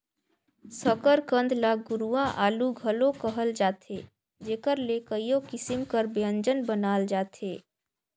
सकरकंद ल गुरूवां आलू घलो कहल जाथे जेकर ले कइयो किसिम कर ब्यंजन बनाल जाथे